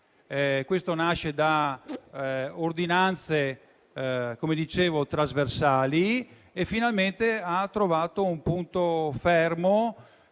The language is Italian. Questo nasce da ordinanze trasversali e finalmente si è trovato un punto fermo